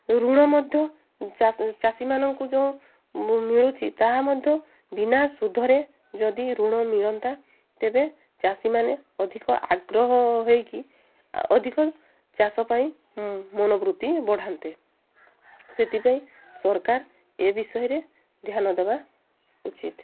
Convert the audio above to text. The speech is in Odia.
ଋଣ ମଧ୍ୟ ଚାଷୀମାନଙ୍କୁ ଯେଉଁ ମିଳୁଛି ତାହା ମଧ୍ୟ ବିନା ସୁଧରେ ଯଦି ଋଣ ମିଳନ୍ତା ତେବେ ଚାଷୀମାନେ ଅଧିକ ଆଗ୍ରହ ହେଇକି ଅଧିକ ଚାଷ ପାଇଁ ମନବୃତ୍ତି ବଢ଼ାନ୍ତେ ସେଥିପାଇଁ ସରକାର ଏ ବିଷୟରେ ଧ୍ୟାନ ଦେବା ଉଚିତ